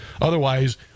Otherwise